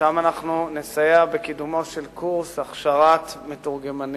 שם אנחנו נסייע בקידומו של קורס הכשרת מתורגמנים.